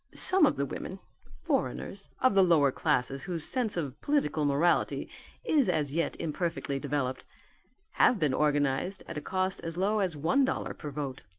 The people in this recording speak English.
some of the women foreigners of the lower classes whose sense of political morality is as yet imperfectly developed have been organized at a cost as low as one dollar per vote.